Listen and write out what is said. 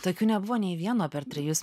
tokių nebuvo nei vieno per trejus